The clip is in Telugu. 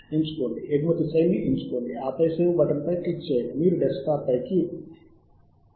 ఇది మేము చేసిన వెబ్ ఆఫ్ సైన్స్ పై చేసిన ప్రదర్శనతో పోలి ఉంటుంది